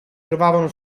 trovano